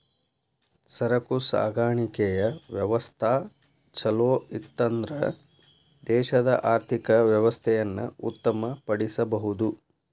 ಸರಕು ಸಾಗಾಣಿಕೆಯ ವ್ಯವಸ್ಥಾ ಛಲೋಇತ್ತನ್ದ್ರ ದೇಶದ ಆರ್ಥಿಕ ವ್ಯವಸ್ಥೆಯನ್ನ ಉತ್ತಮ ಪಡಿಸಬಹುದು